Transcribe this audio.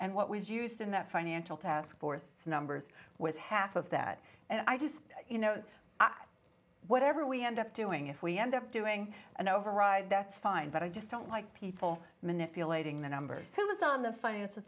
and what was used in that financial taskforce numbers was half of that and i just you know whatever we end up doing if we end up doing an override that's fine but i just don't like people manipulating the numbers who was on the f